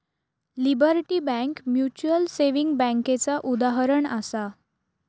liberty bank mutual saving बैंकेचा उदाहरणं आसा